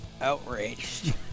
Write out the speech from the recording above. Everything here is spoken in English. outraged